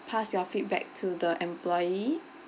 pass your feedback to the employee